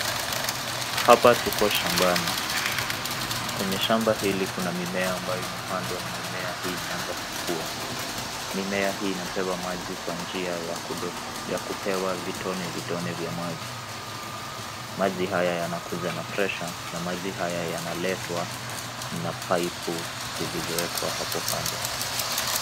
Hapa tuko shambani, kwenye shamba hili kuna mimea ambayo imepandwa na mimea hii imeanza kukua. Mimea hii inapewa maji kwa njia ya kupewa vitone vitone vya maji. Maji haya yanakuja na presha , na maji haya yanaletwa na pipu zilizoekwa hapo kando.